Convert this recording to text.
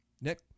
nick